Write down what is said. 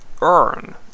earn